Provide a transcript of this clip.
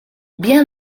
bien